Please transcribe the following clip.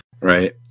Right